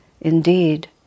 Indeed